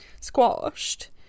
squashed